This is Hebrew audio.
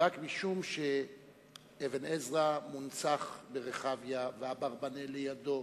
רק משום שאבן עזרא מונצח ברחביה, ואברבנאל לידו,